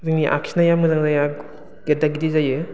जोंनि आखिनाया मोजां जाया गेदा गेदि जायो